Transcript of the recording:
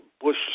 Bush